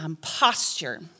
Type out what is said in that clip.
posture